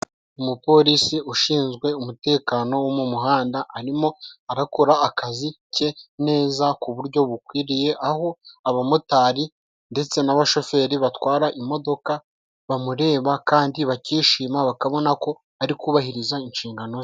Umuporisi ushinzwe umutekano wo mu muhanda arimo arakora akazi ke neza ku buryo bukwiriye, aho abamotari ndetse n'abashoferi batwara imodoka bamureba kandi bakishima bakabona ko ari kubahiriza inshingano ze.